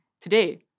today